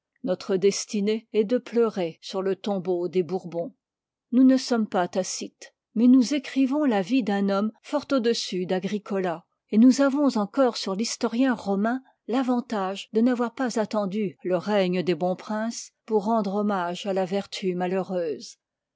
notre destinée est de pleurer sur le tombeau des bourbons nous ne sommes pas tacite mais nous écrivons la vie d'un homme fort au-dessus d'agricola et nous avons encore sur l'historien romain part tavantage de n'avoir pas attendu le règne liv ii des bons princes pour rendre hommage à la vertu malheureuse